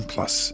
Plus